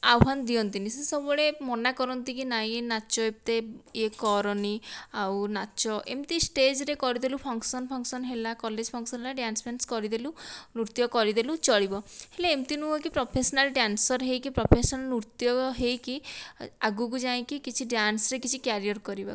ଆହ୍ୱାନ ଦିଅନ୍ତିନି ସେ ସବୁବେଳେ ମନା କରନ୍ତି କି ନାହିଁ ନାଚ ଏତେ ୟେ କରନି ଆଉ ନାଚ ଏମିତି ଷ୍ଟେଜ୍ରେ କରିଦେଲୁ ଫଙ୍କସନ ଫଙ୍କସନ ହେଲା କଲେଜ ଫଙ୍କସନ ହେଲା ଡ୍ୟାନ୍ସ ଫାନ୍ସ କରିଦେଲୁ ନୃତ୍ୟ କରିଦେଲୁ ଚଳିବ ହେଲେ ଏମିତି ନୁହେଁ କି ପ୍ରଫେସନାଲ ଡ୍ୟାନ୍ସର ହୋଇକି ପ୍ରଫେସନ ନୃତ୍ୟ ହୋଇକି ଆଗକୁ ଯାଇକି କିଛି ଡ୍ୟାନ୍ସରେ କିଛି କ୍ୟାରିୟାର କରିବାକୁ